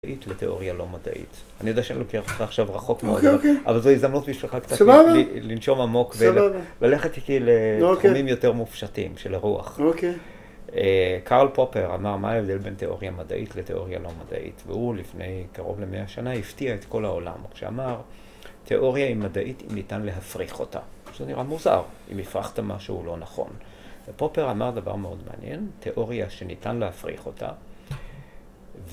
‫מדעית לתאוריה לא מדעית. ‫אני יודע שאני לוקח אותך ‫עכשיו רחוק מאוד, אוקיי אוקיי, ‫אבל זו הזדמנות בשבילך קצת, סבבה, ‫לנשום עמוק, סבבה, וללכת איתי, אוקיי, ‫לתחומים יותר מופשטים של הרוח. ‫-אוקיי. אה... ‫קארל פופר אמר מה ההבדל ‫בין תאוריה מדעית לתאוריה לא מדעית, ‫והוא לפני קרוב למאה שנה ‫הפתיע את כל העולם כשאמר, "תאוריה היא מדעית ‫אם ניתן להפריך אותה". עכשיו ‫זה נראה מוזר, ‫אם הפרכת משהו הוא לא נכון. ו‫פופר אמר דבר מאוד מעניין, ‫תאוריה שניתן להפריך אותה...